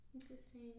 Interesting